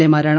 A മാരാണ്